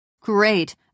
Great